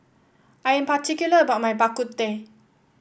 I am particular about my Bak Kut Teh